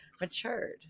matured